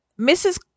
Mrs